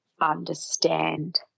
understand